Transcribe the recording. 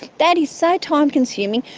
that is so time-consuming.